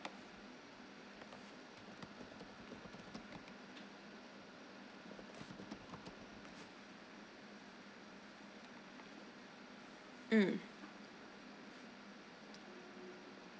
mm